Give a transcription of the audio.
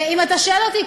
ואם אתה שואל אותי,